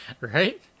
Right